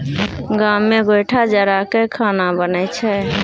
गाम मे गोयठा जरा कय खाना बनइ छै